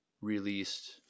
released